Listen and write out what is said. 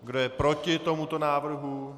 Kdo je proti tomuto návrhu?